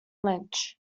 lynch